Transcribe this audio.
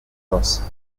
cross